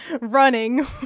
running